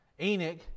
Enoch